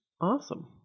Awesome